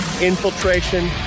infiltration